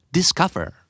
Discover